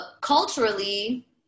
culturally